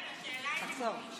כן, השאלה היא לקיש.